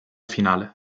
finale